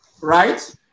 Right